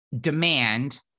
demand